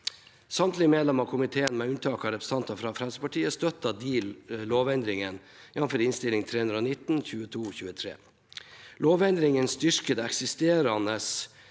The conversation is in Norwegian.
Samtlige medlemmer av komiteen, med unntak av representanter fra Fremskrittspartiet, støttet de lovendringene, jf. Innst. 319 L for 2022–2023. Lovendringene styrker det eksterne,